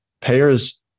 payers